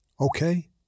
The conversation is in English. okay